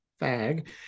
Fag